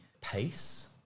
pace